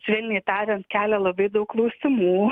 švelniai tariant kelia labai daug klausimų